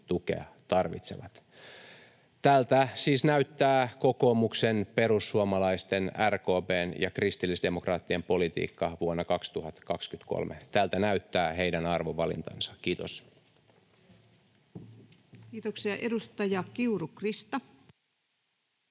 Tältä siis näyttää kokoomuksen, perussuomalaisten, RKP:n ja kristillisdemokraattien politiikka vuonna 2023. Tältä näyttää heidän arvovalintansa. — Kiitos. [Speech 181]